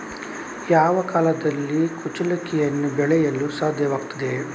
ಯಾವ ಕಾಲದಲ್ಲಿ ಕುಚ್ಚಲಕ್ಕಿಯನ್ನು ಬೆಳೆಸಲು ಸಾಧ್ಯವಾಗ್ತದೆ?